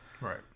Right